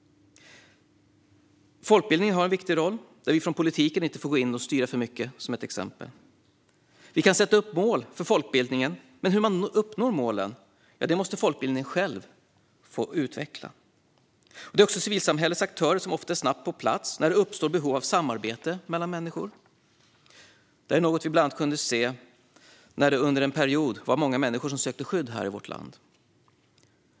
Folkbildningen har en viktig roll där vi från politiken inte får gå in och styra för mycket. Vi kan sätta upp mål för folkbildningen, men hur man uppnår målen måste folkbildningen själv få utveckla. Det är också civilsamhällets aktörer som ofta är snabbt på plats när det uppstår behov av samarbete mellan människor. Vi kunde bland annat se det när det under en period var många människor som sökte skydd i vårt land.